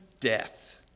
death